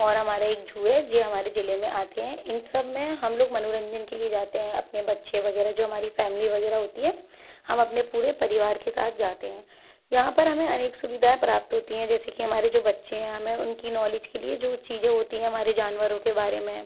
और हमारा एक जू है ये हमारे जिले में आते हैं इन सब में हम लोग मनोरंजन के लिए जाते हैं अपने बच्चे वगैरह जो हमारी फैमिली वगैरह होती है हम अपने पूरे परिवार के साथ जाते हैं यहाँ पर हमें अनेक सुविधाएं प्राप्त होती हैं जैसे कि हमारे जो बच्चे हैं हमें उनकी नॉलेज के लिए जो चीजें होती हैं हमारे जानवरों के बारे में